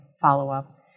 follow-up